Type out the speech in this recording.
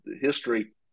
history